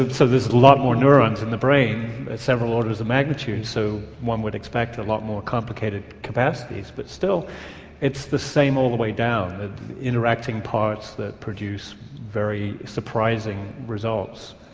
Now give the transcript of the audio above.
um so there's a lot more neurons in the brain at several orders of magnitude, so one would expect a lot more complicated capacities, but still it's the same all the way down interacting parts that produce very surprising results.